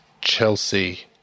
Chelsea